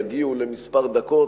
יגיעו לכמה דקות,